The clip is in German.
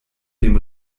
dem